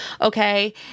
Okay